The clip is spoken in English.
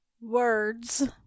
words